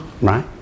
right